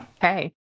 hey